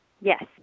Yes